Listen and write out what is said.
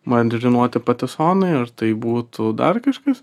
marinuoti patisonai ar tai būtų dar kažkas